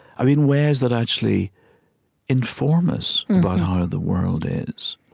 i mean, ways that actually inform us about how the world is.